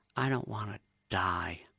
i don't want to die,